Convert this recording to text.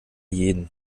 jeden